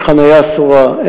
זו חניה אסורה,